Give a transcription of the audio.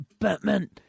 Batman